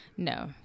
No